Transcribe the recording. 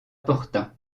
porta